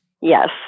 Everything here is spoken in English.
Yes